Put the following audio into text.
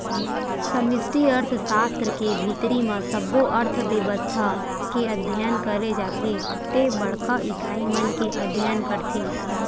समस्टि अर्थसास्त्र के भीतरी म सब्बो अर्थबेवस्था के अध्ययन करे जाथे ते बड़का इकाई मन के अध्ययन करथे